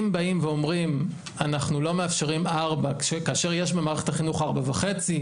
אם באים ואומרים אנחנו לא מאפשרים 16:00 כאשר יש במערכת החינוך 16:30,